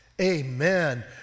amen